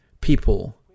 people